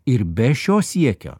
ir be šio siekio